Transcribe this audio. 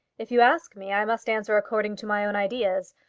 if you ask me i must answer according to my own ideas.